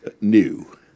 new